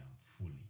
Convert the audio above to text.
fully